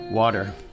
Water